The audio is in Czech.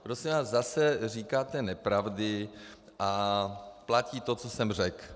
Prosím vás, zase říkáte nepravdy a platí to, co jsem řekl.